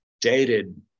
dated